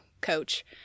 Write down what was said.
coach